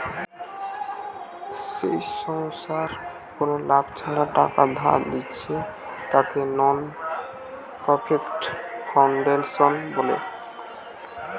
যেই সংস্থা কুনো লাভ ছাড়া টাকা ধার দিচ্ছে তাকে নন প্রফিট ফাউন্ডেশন বলে